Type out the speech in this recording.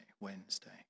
Wednesday